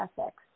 ethics